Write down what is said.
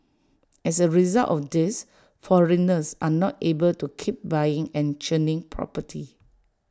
as A result of this foreigners are not able to keep buying and churning property